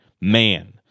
Man